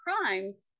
crimes